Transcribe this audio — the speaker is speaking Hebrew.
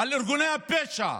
על ארגוני הפשע,